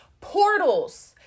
portals